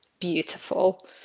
beautiful